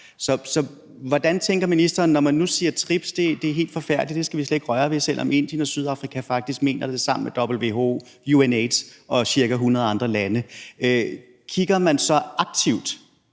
Så hvad tænker ministeren, når man nu siger, at TRIPS er helt forfærdeligt, og at det skal vi slet ikke røre ved, selv om Indien og Sydafrika faktisk mener det sammen med WHO, UNAIDS og ca. 100 andre lande? Kigger man så fra